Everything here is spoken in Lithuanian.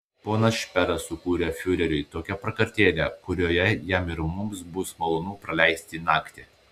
ponas šperas sukūrė fiureriui tokią prakartėlę kurioje jam ir mums bus malonu praleisti naktį